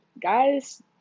guys